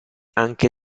anche